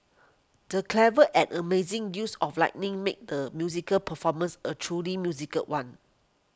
the clever and amazing use of lighting made the musical performance a truly musical one